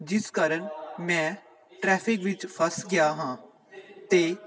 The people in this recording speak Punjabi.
ਜਿਸ ਕਾਰਨ ਮੈਂ ਟਰੈਫਿਕ ਵਿੱਚ ਫਸ ਗਿਆ ਹਾਂ ਅਤੇ